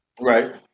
Right